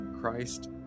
Christ